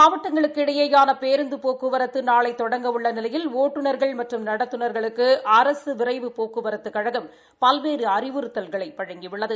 மாவட்டங்களுக்கு இடையேயான போக்குவரத்து நாளை தெடங்க உள்ள நிலையில் ஒட்டுநா்கள் மற்றும் நடத்துந்களுக்கு அரசு விரைவு போக்குவரத்துக் கழகம் பல்வேறு அறிவுறுத்தல்களை வழங்கியுள்ளது